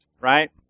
right